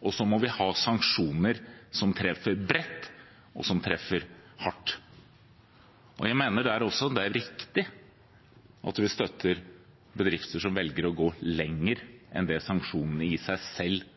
og vi må ha sanksjoner som treffer bredt, og som treffer hardt. Jeg mener også at det er viktig at vi støtter bedrifter som velger å gå lenger enn det sanksjonene i seg selv